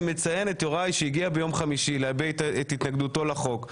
אני מציין את יוראי שהגיע ביום חמישי להביע את התנגדותו לחוק,